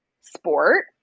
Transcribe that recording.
sport